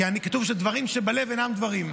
כתוב שדברים שבלב אינם דברים.